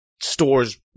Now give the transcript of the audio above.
stores